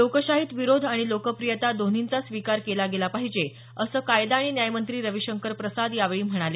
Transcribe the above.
लोकशाहीत विरोध आणि लोकप्रियता दोन्हींचा स्वीकार केला गेला पाहिजे असं कायदा आणि न्यायमंत्री रविशंकर प्रसाद यांनी यावेळी म्हणाले